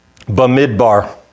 Bamidbar